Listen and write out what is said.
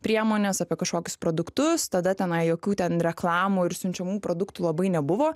priemones apie kažkokius produktus tada tenai jokių ten reklamų ir siunčiamų produktų labai nebuvo